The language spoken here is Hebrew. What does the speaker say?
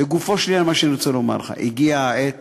לגופו של עניין, מה שאני רוצה לומר לך: הגיעה העת